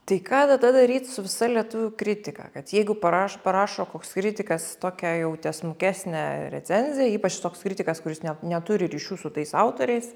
tai ką tada daryt su visa lietuvių kritika kad jeigu parašo parašo koks kritikas tokia jau tiesmukesnę recenziją ypač toks kritikas kuris net neturi ryšių su tais autoriais